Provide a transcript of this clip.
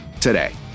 today